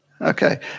Okay